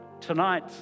Tonight